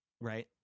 Right